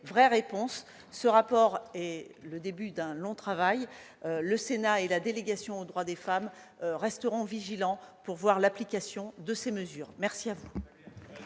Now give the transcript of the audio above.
d'État. Ce rapport est le début d'un long travail. Le Sénat et la délégation aux droits des femmes resteront vigilants pour suivre l'application de ces mesures. Très